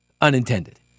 unintended